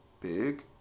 big